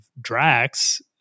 Drax